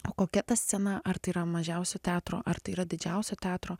o kokia ta scena ar tai yra mažiausio teatro ar tai yra didžiausio teatro